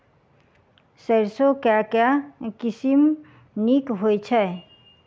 सैरसो केँ के किसिम नीक होइ छै?